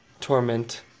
torment